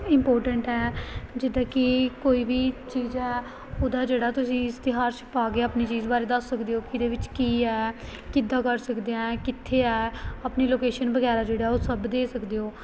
important ਹੈ ਜਿੱਦਾਂ ਕਿ ਕੋਈ ਵੀ ਚੀਜ਼ ਹੈ ਉਹਦਾ ਜਿਹੜਾ ਤੁਸੀਂ ਇਸ਼ਤਿਹਾਰ ਛਪਵਾ ਕੇ ਆਪਣੀ ਚੀਜ਼ ਬਾਰੇ ਦੱਸ ਸਕਦੇ ਹੋ ਕਿ ਇਹਦੇ ਵਿੱਚ ਕੀ ਹੈ ਕਿੱਦਾਂ ਕਰ ਸਕਦੇ ਹੈ ਕਿੱਥੇ ਹੈ ਆਪਣੀ ਲੋਕੇਸ਼ਨ ਵਗੈਰਾ ਜਿਹੜਾ ਉਹ ਸਭ ਦੇ ਸਕਦੇ ਹੋ